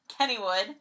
Kennywood